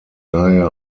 daher